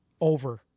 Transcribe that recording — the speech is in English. Over